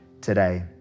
today